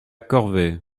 corvée